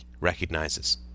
recognizes